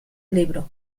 libros